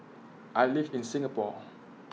I live in Singapore